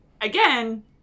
again